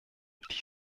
die